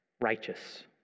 righteous